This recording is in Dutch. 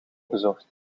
bezocht